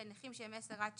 ונכים שהם 10-19